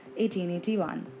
1881